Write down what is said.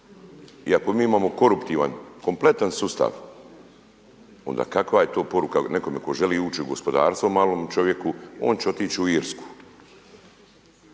I ako mi imamo koruptivan kompletan sustav onda kakva je to poruka nekome ko želi ući u gospodarstvo malom čovjeku. On će otići u Irsku.